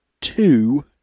two